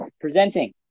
presenting